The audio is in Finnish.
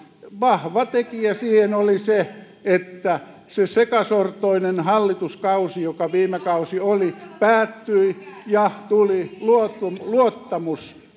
vahva tekijä siinä oli se että se sekasortoinen hallituskausi joka viime kausi oli päättyi ja tuli luottamus luottamus